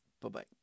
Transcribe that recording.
Bye-bye